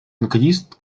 increased